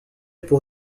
pour